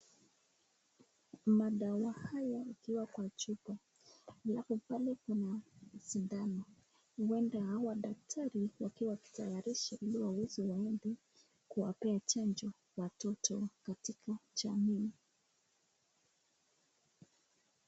Madawa haya ikiwa kwa chupa, halafu pale kuna sindano, huenda hawa daktari wakiwa wakitayarisha ili waende kuwapea chanjo watoto katika jamii.